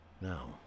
Now